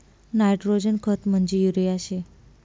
nitrogen खत म्हंजी urea शे